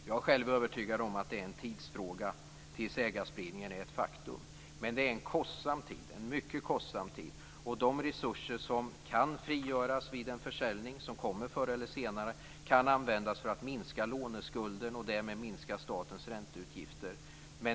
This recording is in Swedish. Jag är själv övertygad om att det är en tidsfråga tills ägarspridningen är ett faktum. Men det är en mycket kostsam tid, och de resurser som kan frigöras vid en försäljning som kommer förr eller senare kan användas för att minska låneskulden och därmed minska statens ränteutgifter.